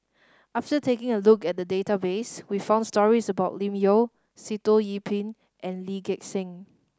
after taking a look at the database we found stories about Lim Yau Sitoh Yih Pin and Lee Gek Seng